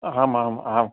आमाम् आम्